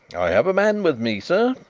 i have a man with me, sir.